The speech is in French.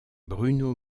bruno